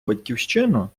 батьківщину